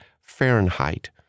Fahrenheit